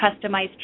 customized